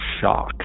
shock